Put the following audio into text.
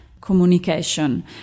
communication